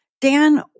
Dan